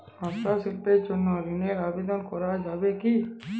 হস্তশিল্পের জন্য ঋনের আবেদন করা যাবে কি?